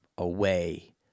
away